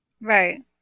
Right